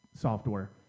software